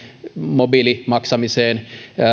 mobiilimaksamiseen